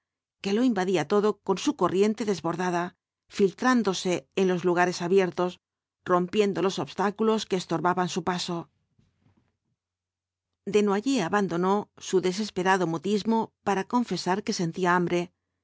que lo invadía todo con su corriente desbordada filtrándose en los lugares abiertos rompiendo los obstáculos que estorbaban su paso desnoyers abandonó su desesperado mutismo para confesar que sentía hambre